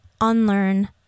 unlearn